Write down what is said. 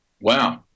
wow